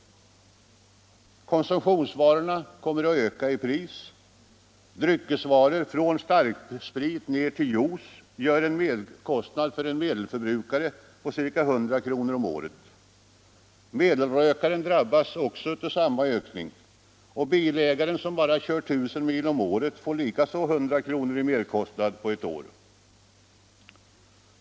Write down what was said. Konsumtionsvaror kommer att öka i pris, vilket för dryckesvaror från starksprit ner till jos betyder en merkostnad för medelförbrukaren på ca 100 kr. om året. Medelrökaren drabbas av samma ökning, och bilägaren som bara kör 1000 mil om året får likaså ca 100 kr. i merkostnad på ett år.